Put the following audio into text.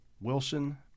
Wilson